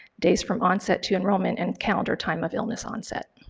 days from onset to enrollment, and count or time of illness onset.